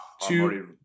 two